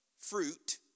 fruit